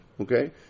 Okay